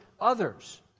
others